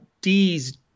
D's